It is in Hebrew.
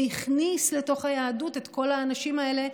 והכניס לתוך היהדות את כל האנשים האלה.